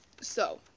so-